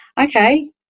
Okay